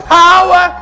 power